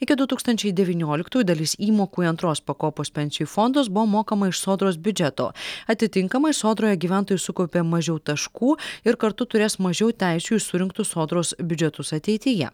iki du tūkstančiai devynioliktų dalis įmokų į antros pakopos pensijų fondus buvo mokama iš sodros biudžeto atitinkamai sodroje gyventojai sukaupė mažiau taškų ir kartu turės mažiau teisių į surinktus sodros biudžetus ateityje